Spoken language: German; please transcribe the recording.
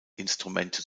instrumente